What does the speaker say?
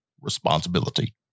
responsibility